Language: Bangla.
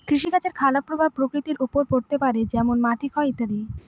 কৃষিকাজের খারাপ প্রভাব প্রকৃতির ওপর পড়তে পারে যেমন মাটির ক্ষয় ইত্যাদি